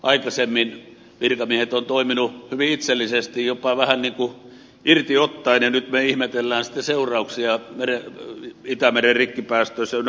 aikaisemmin virkamiehet ovat toimineet hyvin itsellisesti jopa vähän irti ottaen ja nyt me ihmettelemme sitten seurauksia itämeren rikkipäästöissä ynnä muuta